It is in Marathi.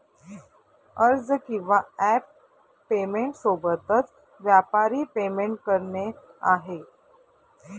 अर्ज किंवा ॲप पेमेंट सोबतच, व्यापारी पेमेंट करणे आहे